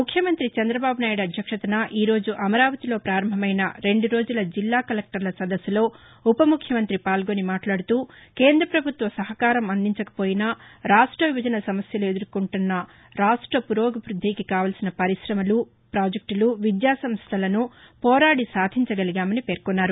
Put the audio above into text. ముఖ్యమంతి చంద్రబాబునాయుడు అధ్యక్షతన ఈ రోజు అమరావతిలో పారంభమైన రెండురోజుల జిల్లా కలెక్టర్ల సదస్సులో ఉప ముఖ్యమంత్రి పాల్గొని మాట్లాడుతూకేంద్రపభుత్వం సహకారం అందించకపోయినా రాష్ట విభజన సమస్యలు ఎదుర్కొంటున్న రాష్ట పురోభివృద్దికి కావలసిన పర్కాశమలు పాజెక్టులు విద్యాసంస్టలను పోరాడి సాధించగలిగామని పేర్కొన్నారు